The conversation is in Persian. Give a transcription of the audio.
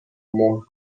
مهر